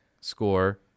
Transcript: score